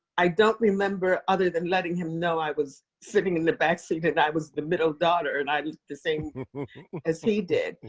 i don't remember, other than letting him know i was sitting in the backseat but and i was the middle daughter and i looked the same as he did.